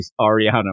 Ariana